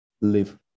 live